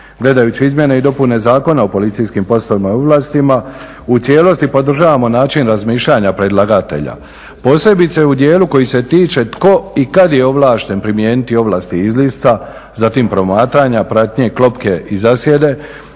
Gledajući izmjene i dopune Zakona o policijskim poslovima i ovlastima u cijelosti podržavamo način razmišljanja predlagatelja posebice u dijelu koji se tiče tko i kad je ovlašten primijeniti ovlasti izlista, zatim promatranja, pratnje klopke i zasjede,